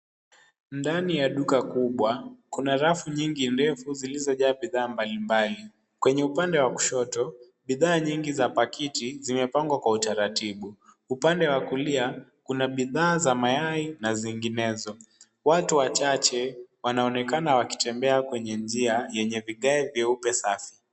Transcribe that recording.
Ndani ya duka kubwa, kuna rafu nyingi ndefu zilizojaa bidhaa mbalimbali. Kwenye upande wa kushoto, bidhaa nyingi za pakiti zimepangwa kwa utaratibu. Upande wa kulia, kuna bidhaa za mayai na zinginezo. Watu wachache wanaonekana wakitembea kwenye njia yenye vigae vyeupe safi.